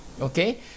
okay